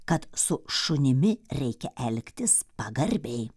kad su šunimi reikia elgtis pagarbiai